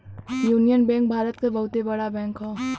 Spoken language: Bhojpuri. यूनिअन बैंक भारत क बहुते बड़ा बैंक हौ